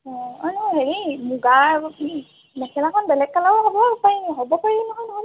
অঁ ন হেৰি মুগাৰ মেখেলাখন বেলেগ কালাৰো হ'ব পাৰি হ'ব পাৰি নহয় নহ'লে